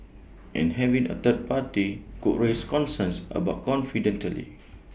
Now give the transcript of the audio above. and having A third party could raise concerns about confidentiality